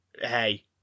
hey